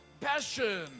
passion